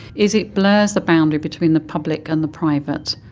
is it blurs the boundary between the public and the private,